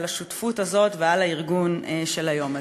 השותפות הזאת ועל הארגון של היום הזה.